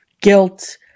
guilt